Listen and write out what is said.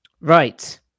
right